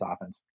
offense